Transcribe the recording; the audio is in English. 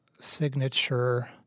signature